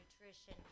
nutrition